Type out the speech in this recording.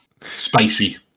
Spicy